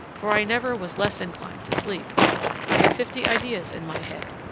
for i never was less inclined to sleep i have fifty ideas in my head.